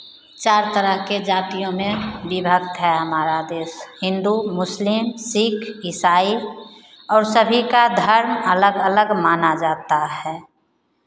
चार तरह की जातियों में विभक्त है हमारा देश हिन्दू मुस्लिम सिक्ख ईसाई और सभी का धर्म अलग अलग माना जाता है